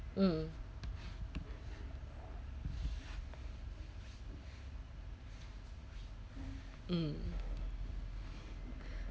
mm mm